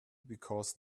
because